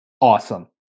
Awesome